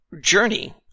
journey